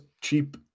cheap